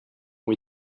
ont